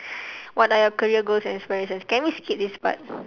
what are your career goals and aspirations can we skip this part